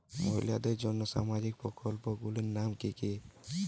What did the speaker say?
মহিলাদের জন্য সামাজিক প্রকল্প গুলির নাম কি কি?